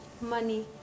money